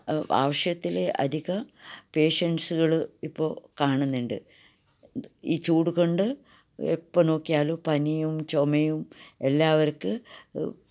ആവിശ്യത്തില് അധികം പേഷ്യൻസ്സ്കള് ഇപ്പോൾ കാണുന്നുണ്ട് ഈ ചൂട് കൊണ്ട് എപ്പോൾ നോക്കിയാലും പനിയും ചുമയും എല്ലാവർക്കും